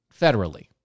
federally